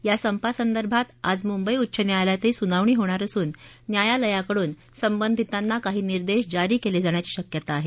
या संपासंदर्भात आज मुंबई उच्च न्यायालयातही सुनावणी होणार असून न्यायालयाकडून संबंधितांना काही निर्देश जारी केले जाण्याची शक्यता आहे